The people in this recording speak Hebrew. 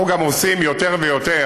אנחנו גם עושים יותר ויותר.